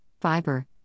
fiber